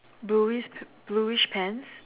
bluish bluish pants